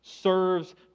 serves